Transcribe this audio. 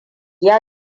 ya